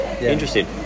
Interesting